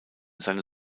seine